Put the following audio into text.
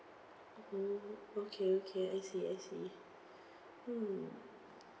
mm okay okay I see I see hmm